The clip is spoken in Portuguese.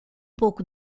pouco